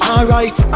Alright